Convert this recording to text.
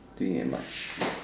doing it much